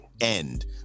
end